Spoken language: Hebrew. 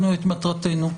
מטרתנו.